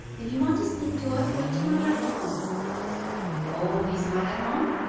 if you want to speak to us, wait till my brother comes o, he's not at home?